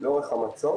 לאורך המצוק